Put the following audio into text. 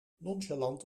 nonchalant